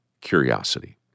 curiosity